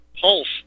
pulse